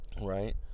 right